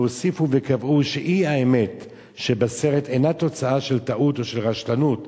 והוסיפו וקבעו שהאי-אמת שבסרט אינה תוצאה של טעות או של רשלנות,